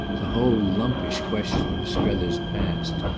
the whole lumpish question of strether's past,